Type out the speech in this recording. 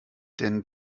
denn